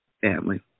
family